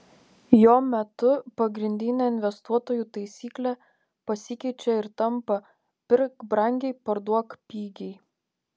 jo metu pagrindinė investuotojų taisyklė pasikeičia ir tampa pirk brangiai parduok pigiai